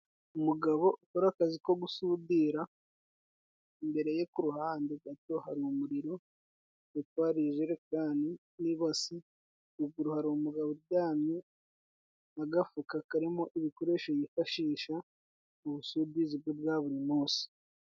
Umugabo ukora akazi ko gusudira, imbere ye ku ruhande gato hari umuriro hepfo hari ijerekani n'ibase. Ruguru hari umugabo uryamye n'agafuka karimo ibikoresho yifashisha, mu busudizi bwe bwa buri munsi.